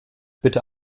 bitte